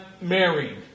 married